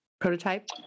prototype